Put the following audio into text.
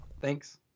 Thanks